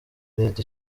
leta